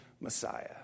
Messiah